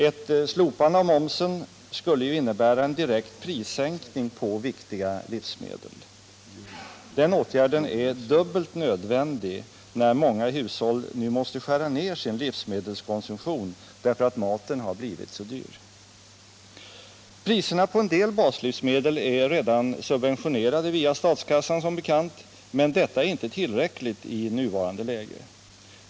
Ett slopande av momsen skulle ju innebära en direkt prissänkning på viktiga livsmedel. Den åtgärden är dubbelt nödvändig när många hushåll nu måste skära ner sin livsmedelskonsumtion därför att maten har blivit så dyr. Priserna på en del baslivsmedel är som bekant redan subventionerade via statskassan, men detta är inte tillräckligt i nuvarande läge.